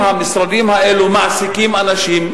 המשרדים האלו מעסיקים אנשים,